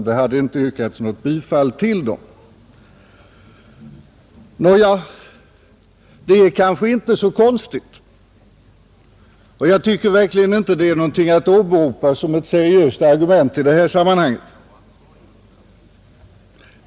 Det hade inte yrkats något bifall till dem. Nåja, det är kanske inte så konstigt, och jag tycker inte att det är något att åberopa som ett seriöst argument.